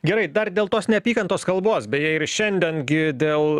gerai dar dėl tos neapykantos kalbos beje ir šiandien gi dėl